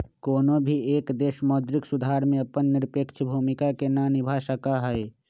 कौनो भी एक देश मौद्रिक सुधार में अपन निरपेक्ष भूमिका के ना निभा सका हई